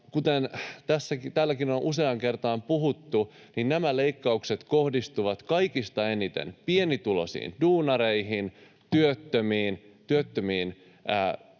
Kuten täälläkin on useaan kertaan puhuttu, niin nämä leikkaukset kohdistuvat kaikista eniten pienituloisiin duunareihin, työttömiin, työttömiin